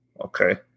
okay